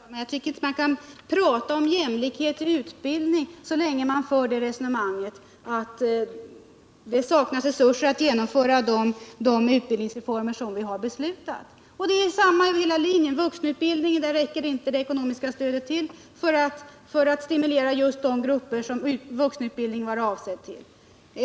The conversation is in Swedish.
Herr talman! Jag tycker inte man kan tala om jämlikhet i utbildningen så länge man för resonemanget att det saknas resurser att genomföra de utbildningsreformer vi har beslutat. Samma sak gäller över hela linjen. Det ekonomiska stödet till vuxenutbildningen räcker inte för att stimulera just de grupper den var avsedd för.